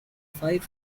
five